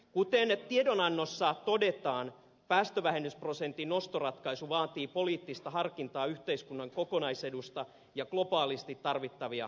kuten tiedonannossa todetaan päästövähennysprosentin nostoratkaisu vaatii poliittista harkintaa yhteiskunnan kokonaisedusta ja globaalisti tarvittavista päästövähennyksistä